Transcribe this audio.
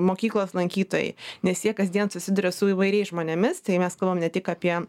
mokyklos lankytojai nes jie kasdien susiduria su įvairiais žmonėmis tai mes kalbam ne tik apie